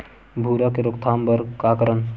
भूरा के रोकथाम बर का करन?